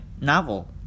novel